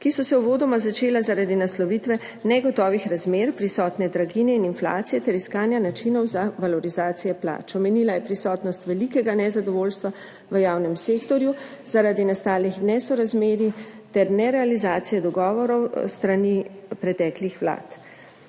ki so se uvodoma začela zaradi naslovitve negotovih razmer, prisotne draginje in inflacije ter iskanja načinov za valorizacije plač. Omenila je prisotnost velikega nezadovoljstva v javnem sektorju zaradi nastalih nesorazmerij ter nerealizacije dogovorov s strani preteklih vlad.